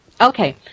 Okay